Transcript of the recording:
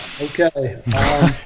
okay